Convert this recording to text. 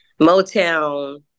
motown